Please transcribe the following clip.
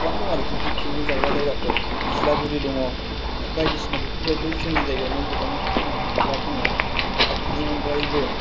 गोबां दङ आरोखि बिदि पिकनिक जाग्रा जायगाफोर निज्लागुरि दङ बायदिसिना बेफोरबादि जोंनि जायगायावनो गोबां बुंनो थाङोब्ला दङ दा बिनि अनगायैबो